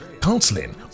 counseling